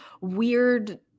weird